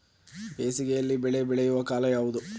ಬೇಸಿಗೆ ಯಲ್ಲಿ ಬೆಳೆ ಬೆಳೆಯುವ ಕಾಲ ಯಾವುದು?